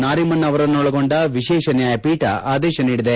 ನಾರಿಮನ್ ಅವರನ್ನೊಳಗೊಂಡ ವಿಶೇಷ ನ್ಯಾಯಪೀಠ ಆದೇಶ ನೀಡಿದೆ